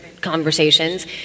conversations